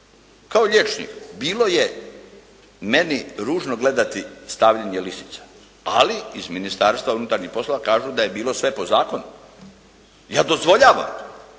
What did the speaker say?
kao liječniku. Bilo je meni ružno gledati stavljanje lisica, ali iz Ministarstva unutarnjih poslova kažu da je bilo sve po zakonu. Ja dozvoljavam